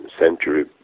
century